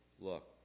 Look